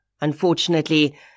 unfortunately